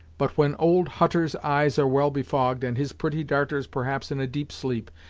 but when old hutter's eyes are well befogged, and his pretty darters perhaps in a deep sleep,